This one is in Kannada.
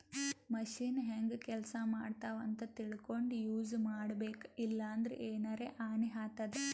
ಮಷಿನ್ ಹೆಂಗ್ ಕೆಲಸ ಮಾಡ್ತಾವ್ ಅಂತ್ ತಿಳ್ಕೊಂಡ್ ಯೂಸ್ ಮಾಡ್ಬೇಕ್ ಇಲ್ಲಂದ್ರ ಎನರೆ ಹಾನಿ ಆತದ್